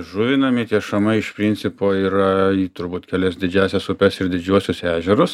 žuvinami tie šamai iš principo yra į turbūt kelias didžiąsias upes ir didžiuosius ežerus